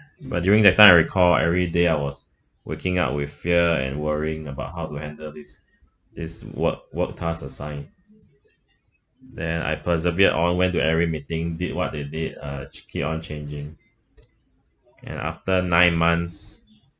but during that time I recall every day I was working out with fear and worrying about how to handle this this work work task assigned then I persevered uh I went to every meeting did what they need uh c~ keep on changing and after nine months